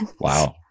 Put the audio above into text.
Wow